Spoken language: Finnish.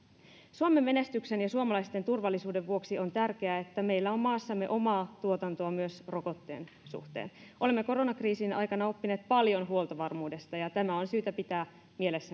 suomen menestyksen ja suomalaisten turvallisuuden vuoksi on tärkeää että meillä on maassamme omaa tuotantoa myös rokotteen suhteen olemme koronakriisin aikana oppineet paljon huoltovarmuudesta ja tämä on syytä pitää mielessä